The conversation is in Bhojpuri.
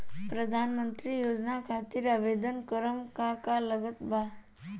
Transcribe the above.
प्रधानमंत्री योजना खातिर आवेदन करम का का लागत बा?